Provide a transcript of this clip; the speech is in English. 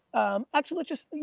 actually just,